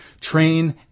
train